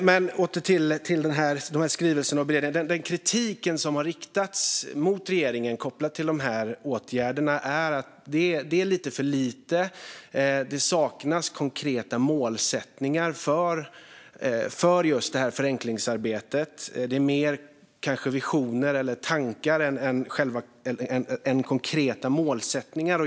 Åter till skrivelserna och beredningen är den kritik som har riktats mot regeringen kopplat till dessa åtgärder att det är lite för lite och att det saknas konkreta målsättningar för just det här förenklingsarbetet. Det är mer av visioner och tankar än konkreta målsättningar.